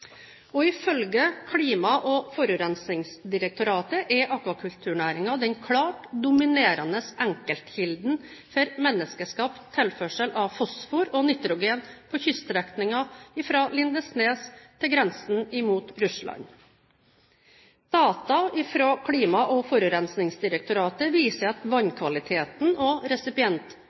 Ifølge Klima- og forurensningsdirektoratet er akvakulturnæringen den klart dominerende enkeltkilden for menneskeskapt tilførsel av fosfor og nitrogen på kyststrekningen fra Lindesnes til grensen mot Russland. Data fra Klima- og forurensningsdirektoratet viser at vannkvaliteten og